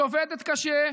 היא עובדת קשה,